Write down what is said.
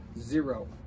Zero